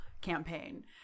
campaign